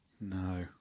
No